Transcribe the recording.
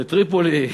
לטריפולי.